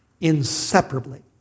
inseparably